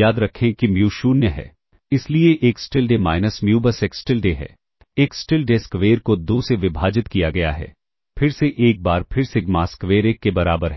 याद रखें कि म्यू 0 है इसलिए एक्स टिलडे माइनस म्यू बस एक्स टिलडे है एक्स टिलडे स्क्वेर को 2 से विभाजित किया गया है फिर से एक बार फिर सिग्मा स्क्वेर 1 के बराबर है